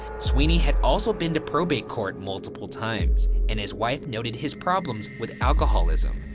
sweeney had also been probate court multiple times. and his wife noted his problems with alcoholism.